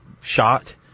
shot